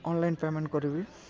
online payment କରିବି